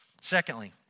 Secondly